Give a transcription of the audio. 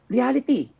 Reality